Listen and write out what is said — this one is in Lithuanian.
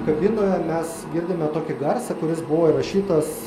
kabinoje mes girdime tokį garsą kuris buvo įrašytas